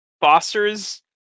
Foster's